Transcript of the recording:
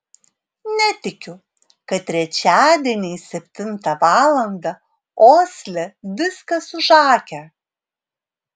netikiu kad trečiadieniais septintą valandą osle viskas užakę